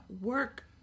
work